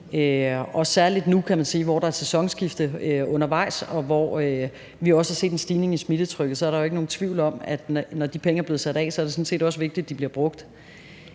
man sige, hvor der er et sæsonskifte undervejs, og hvor vi også har set en stigning i smittetrykket, er der jo ikke nogen tvivl om, at når de penge er blevet sat af, er det sådan set også vigtigt, de bliver brugt.